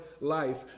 life